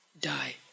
die